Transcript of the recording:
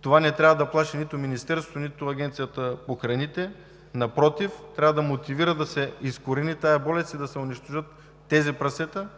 Това не трябва да плаши нито Министерството, нито Агенцията по храните, напротив, трябва да мотивира да се изкорени тази болест и да се унищожат тези прасета.